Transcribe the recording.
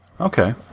Okay